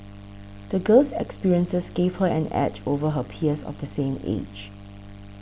the girl's experiences gave her an edge over her peers of the same age